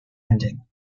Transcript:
ending